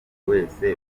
wese